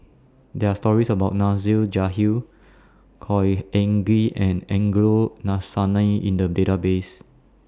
There Are stories about Nasir Jalil Khor Ean Ghee and Angelo Sanelli in The Database